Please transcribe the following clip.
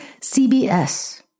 CBS